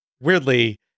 Weirdly